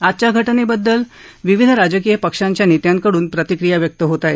आजच्या घ जिबद्दल विविध राजकीय पक्षांच्या नेत्यांकडून प्रतिक्रिया व्यक्त होत आहेत